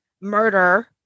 murder